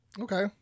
Okay